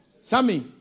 Sammy